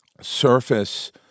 surface